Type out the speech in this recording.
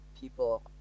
people